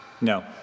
No